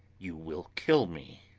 you will kill me.